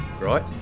Right